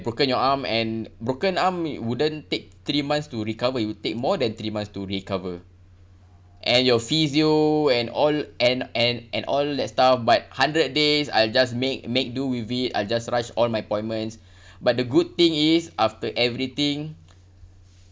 broken your arm and broken arm it wouldn't take three months to recover it will take more than three months to recover and your physio and all and and and all that stuff but hundred days I just make make do with it I just rush all my appointments but the good thing is after everything